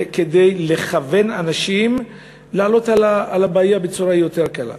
כדי לכוון אנשים לעלות על הבעיה בצורה יותר קלה.